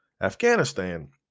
Afghanistan